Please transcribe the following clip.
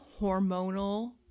hormonal